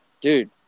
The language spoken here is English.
dude